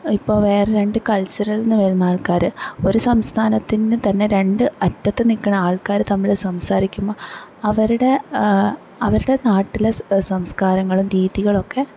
ഇപ്പം വേറെ രണ്ട് കൾച്ചറിൽ നിന്ന് വരുന്ന ആൾക്കാര് ഒര് സംസ്ഥാനത്ത് നിന്ന് തന്നെ രണ്ട് അറ്റത്ത് നിൽക്കുന്ന ആൾക്കാര് തമ്മിൽ സംസാരിക്കുമ്പം അവരുടെ അവരുടെ നാട്ടിലെ സംസ്കാരങ്ങളും രീതികളൊക്കെ